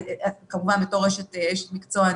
כמובן כאשת מקצוע,